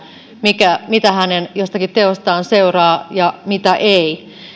mitä hänen jostakin teostaan seuraa ja mitä ei